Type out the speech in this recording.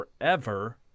forever